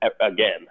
again